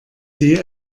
sie